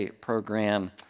program